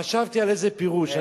חשבתי על איזה פירוש.